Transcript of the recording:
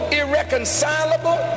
irreconcilable